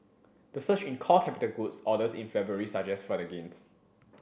the surge in core capital goods orders in February suggests further gains